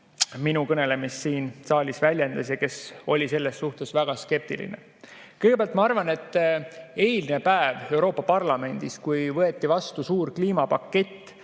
minu kõnelemist siin saalis väljendas ja oli selles suhtes väga skeptiline. Kõigepealt, ma arvan, eilne päev Euroopa Parlamendis, kui võeti vastu suur kliimapakett,